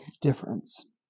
difference